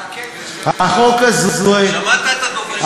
אתה כן, אבל יש כאלה שלא.